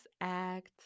act